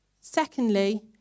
Secondly